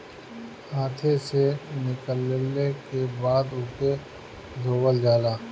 हाथे से निकलले के बाद ओके धोवल जाला